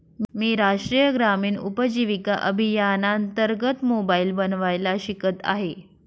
मी राष्ट्रीय ग्रामीण उपजीविका अभियानांतर्गत मोबाईल बनवायला शिकत आहे